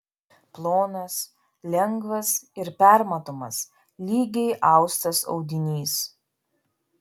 plonas lengvas ir permatomas lygiai austas audinys